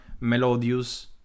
Melodious